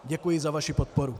Děkuji za vaši podporu.